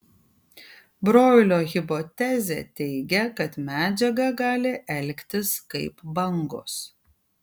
broilio hipotezė teigia kad medžiaga gali elgtis kaip bangos